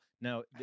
now